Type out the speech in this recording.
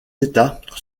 états